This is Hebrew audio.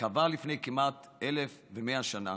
קבע לפני כמעט 1,100 שנה: